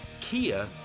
Kia